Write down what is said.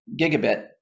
gigabit